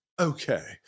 okay